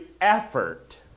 effort